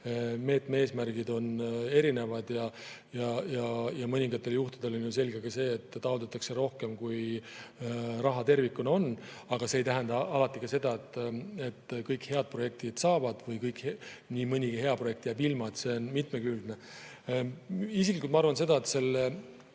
meetme eesmärgid on erinevad ja mõningatel juhtudel on selge ka see, et taotletakse rohkem, kui raha tervikuna on. Aga see ei tähenda alati seda, et kõik head projektid [raha] saavad, nii mõnigi hea projekt jääb ilma. See on mitmekülgne. Isiklikult ma arvan seda, et kui